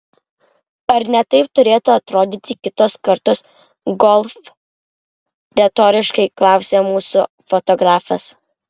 ar ne taip turėtų atrodyti kitos kartos golf retoriškai klausė mūsų fotografas